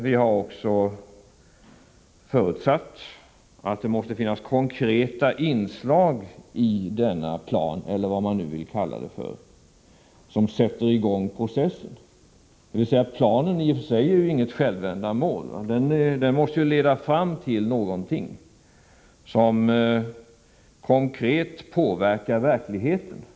Vi har också förutsatt att det måste finnas konkreta inslag i denna plan, eller vad man nu vill kalla det för, som sätter i gång processen. Planen i sig själv är ju inget självändamål. Den måste ju leda fram till någonting som konkret påverkar verkligheten.